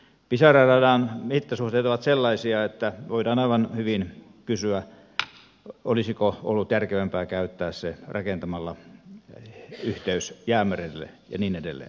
pisara radan mittasuhteet ovat sellaisia että voidaan aivan hyvin kysyä olisiko ollut järkevämpää käyttää se summa yhteyden rakentamiseen jäämerelle ja niin edelleen